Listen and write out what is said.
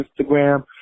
Instagram